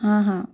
हाँ हाँ